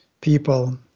people